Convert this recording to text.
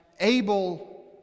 Able